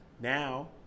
Now